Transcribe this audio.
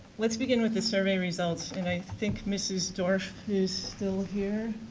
let's begin with the survey results. and i think mrs. dorff is still here.